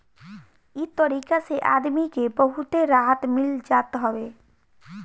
इ तरीका से आदमी के बहुते राहत मिल जात हवे